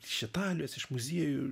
iš italijos iš muziejų